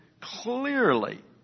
clearly